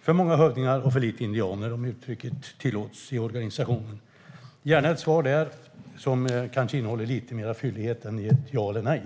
för många hövdingar och för lite indianer, om uttrycket tillåts, i organisationen. Jag vill gärna ha ett svar som kanske är lite fylligare än bara "ja" eller "nej".